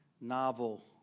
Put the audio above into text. novel